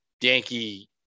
Yankee